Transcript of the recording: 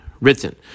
written